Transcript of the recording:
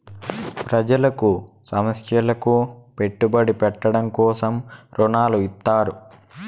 ప్రజలకు సంస్థలకు పెట్టుబడి పెట్టడం కోసం రుణాలు ఇత్తారు